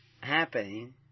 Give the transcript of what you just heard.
happening